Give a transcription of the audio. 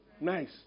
nice